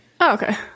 Okay